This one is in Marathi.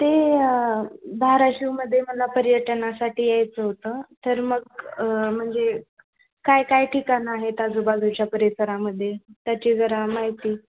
ते धाराशिवमध्ये मला पर्यटनासाठी यायचं होतं तर मग म्हणजे काय काय ठिकाणं आहेत आजूबाजूच्या परिसरामध्ये त्याची जरा माहिती